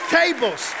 tables